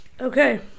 Okay